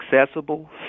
accessible